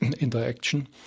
interaction